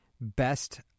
Best